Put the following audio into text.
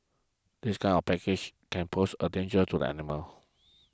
this kind of package can pose a danger to the animals